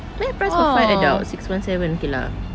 there price for five adults six one seven okay lah